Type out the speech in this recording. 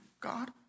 God